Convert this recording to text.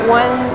one